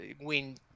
win